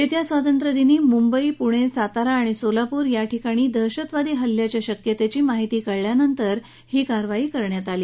येत्या स्वातंत्र्यदिनी मुंबई पुणे सातारा आणि सोलापूर याठिकाणी दहशतवादी हल्ल्याच्या शक्यतेची माहिती मिळाल्यानंतर ही कारवाई करण्यात आली